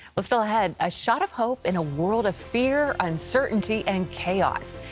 well, still ahead, a shot of hope in a world of fear, uncertainty, and chaos.